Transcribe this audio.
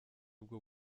bwo